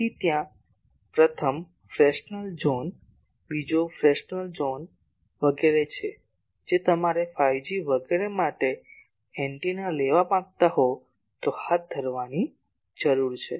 તેથી ત્યાં પ્રથમ ફ્રેસ્નલ ઝોન બીજો ફ્રેસ્નલ ઝોન વગેરે છે જે તમારે 5 જી વગેરે માટે એન્ટેના લેવા માંગતા હોય તો હાથ ધરવાની જરૂર છે